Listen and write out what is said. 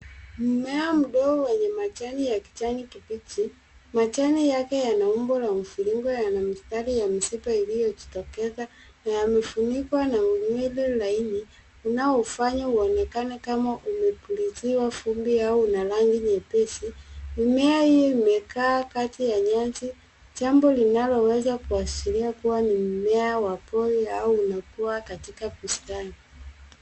Mmea mdogo wenye majani ya kijani kibichi. Majani yake yana umbo la mviringo yana mistari iliyojitokeza na yamefunikwa na unywele laini, unaoufanya uonekane kama umepuliziwa vumbi au na rangi nyepesi. Mimea hii imekaa kati ya nyasi, jambo linaloweza kuashiria kuwa ni mmea wa pori au umekua katika bustani.